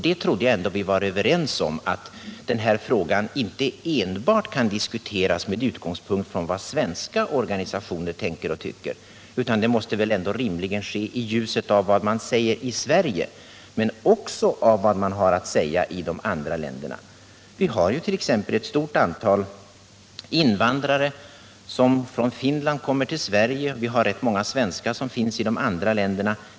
Jag trodde ändå vi var överens om att denna fråga inte enbart kan diskuteras med utgångspunkt i vad svenska organisationer tänker och tycker. Ställningstaganden måste väl rimligen ske i ljuset av vad man säger i Sverige, men också vad man har att säga i de andra länderna. Vi har t.ex. ett stort antal invandrare från Finland. Vi har rätt många svenskar i de andra länderna.